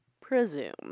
presume